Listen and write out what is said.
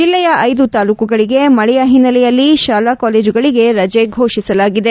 ಜಿಲ್ಲೆಯ ಐದು ತಾಲೂಕುಗಳಗೆ ಮಳೆಯ ಹಿನ್ನಲೆಯಲ್ಲಿ ಶಾಲಾ ಕಾಲೇಜುಗಳಿಗೆ ರಜೆ ಘೋಷಿಸಲಾಗಿದೆ